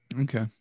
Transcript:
Okay